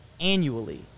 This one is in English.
annually